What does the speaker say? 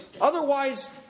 Otherwise